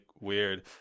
weird